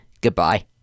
Goodbye